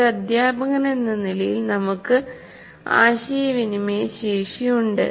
ഒരു അധ്യാപകനെന്ന നിലയിൽനമുക്ക് ആശയവിനിമയ ശേഷി ഉണ്ട്